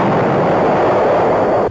all